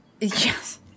Yes